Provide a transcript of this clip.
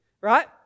right